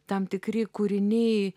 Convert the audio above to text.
tam tikri kūriniai